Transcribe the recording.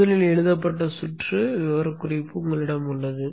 முதலில் எழுதப்பட்ட சுற்று விவரக்குறிப்பு உங்களிடம் உள்ளது